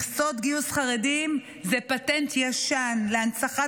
מכסות גיוס חרדים זה פטנט ישן להנצחת